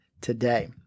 today